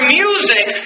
music